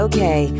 Okay